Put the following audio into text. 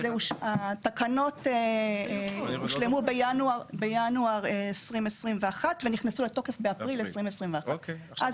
התקנות הושלמו בינואר 2021 ונכנסו לתוקף באפריל 2021. אז,